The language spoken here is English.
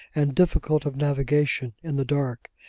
and difficult of navigation in the dark.